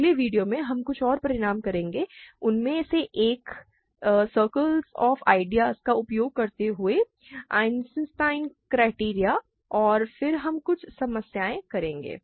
अगले वीडियो में हम कुछ और परिणाम करेंगे उनमें से एक इस सर्किल ऑफ़ आइडियाज़ का उपयोग करते हुए ईसेनस्टीन क्रिटेरिऑन है और फिर हम कुछ समस्याएं करेंगे